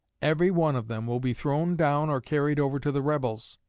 every one of them will be thrown down or carried over to the rebels.